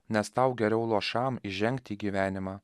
nes tau geriau luošam įžengti į gyvenimą